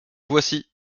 voici